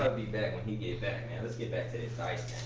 be back when he get back man. let's get back to this dice